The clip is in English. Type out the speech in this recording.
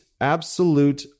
absolute